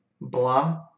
Blah